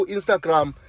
Instagram